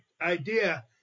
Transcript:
idea